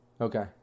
Okay